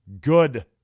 good